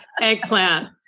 Eggplant